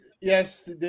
yes